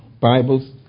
Bibles